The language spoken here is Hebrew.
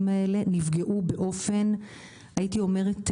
האלה נפגעו באופן קריטי הייתי אומרת,